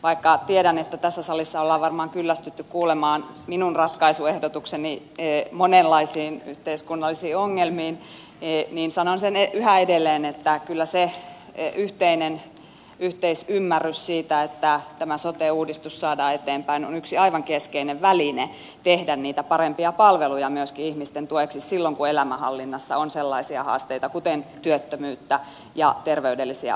vaikka tiedän että tässä salissa ollaan varmaan kyllästytty kuulemaan minun ratkaisuehdotuksiani monenlaisiin yhteiskunnallisiin ongelmiin niin sanon sen yhä edelleen että kyllä se yhteisymmärrys siitä että tämä sote uudistus saadaan eteenpäin on yksi aivan keskeinen väline tehdä niitä parempia palveluja ihmisten tueksi silloin kun elämänhallinnassa on sellaisia haasteita kuten työttömyyttä ja terveydellisiä ongelmia